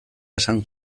esan